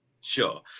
Sure